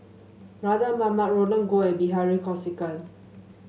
Mardan Mamat Roland Goh and Bilahari Kausikan